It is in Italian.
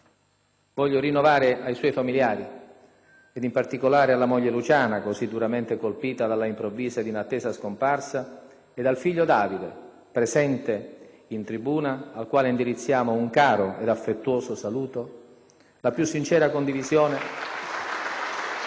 Voglio rinnovare ai suoi familiari, ed in particolare alla moglie Luciana - così duramente colpita dalla improvvisa ed inattesa scomparsa - e al figlio Davide, presente in tribuna, al quale indirizziamo un caro ed affettuoso saluto *(Generali applausi)*, la più sincera condivisione